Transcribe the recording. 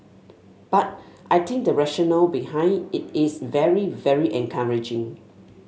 but I think the rationale behind it is very very encouraging